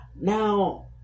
Now